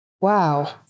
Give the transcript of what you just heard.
Wow